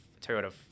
Toyota